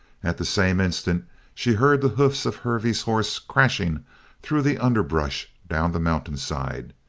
at the same instant she heard the hoofs of hervey's horse crashing through the underbrush down the mountain side.